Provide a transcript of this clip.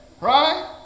Right